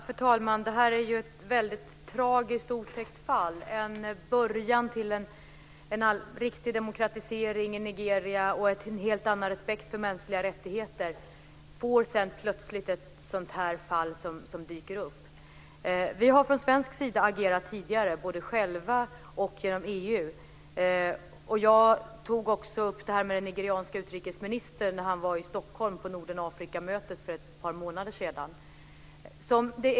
Fru talman! Det här är ett väldigt tragiskt och otäckt fall. I en utveckling mot en riktig demokratisering i Nigeria och en betydligt större respekt för mänskliga rättigheter dyker det plötsligt upp ett sådant här fall. Vi har agerat tidigare från svensk sida, både på egen hand och genom EU. Jag tog också upp detta med den nigerianske utrikesministern när han var i Stockholm på Norden-Afrika-mötet för ett par månader sedan.